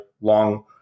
long